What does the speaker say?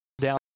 down